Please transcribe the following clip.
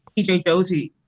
e j. josey,